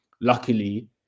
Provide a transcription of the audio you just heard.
luckily